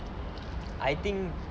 I think